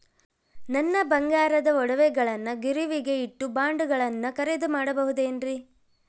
ನನ್ನ ಬಂಗಾರದ ಒಡವೆಗಳನ್ನ ಗಿರಿವಿಗೆ ಇಟ್ಟು ಬಾಂಡುಗಳನ್ನ ಖರೇದಿ ಮಾಡಬಹುದೇನ್ರಿ?